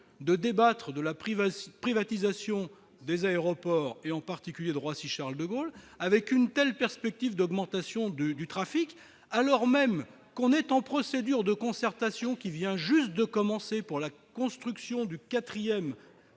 de débattre de la privatisation des aéroports, en particulier de Roissy-Charles-de-Gaulle, avec une telle perspective d'augmentation du trafic, alors même qu'une procédure de concertation vient juste de commencer pour la construction d'un quatrième